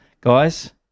guys